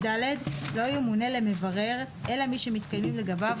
לא ימונה למברר אלא מי שמתקיימים לגביו